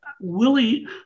Willie